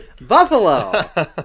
Buffalo